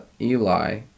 Eli